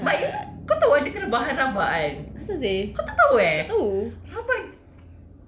but you know kau tahu ah dia kena bahan rabak kan kau tak tahu eh rabak